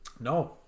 No